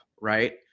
right